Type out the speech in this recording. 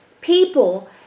people